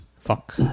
Fuck